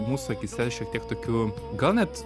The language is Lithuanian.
mūsų akyse šiek tiek tokiu gal net